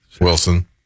Wilson